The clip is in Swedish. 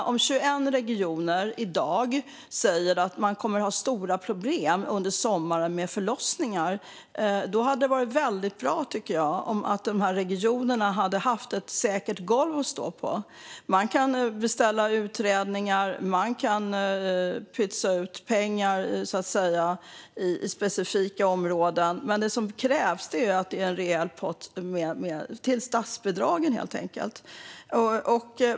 När 21 regioner i dag säger att man kommer att ha stora problem med förlossningarna under sommaren tycker jag att det hade varit väldigt bra om regionerna hade haft ett säkert golv att stå på. Man kan beställa utredningar och pytsa ut pengar på specifika områden, men det som krävs är en rejäl pott till statsbidragen.